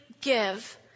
give